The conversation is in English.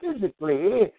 physically